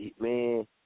Man